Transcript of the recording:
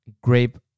Grape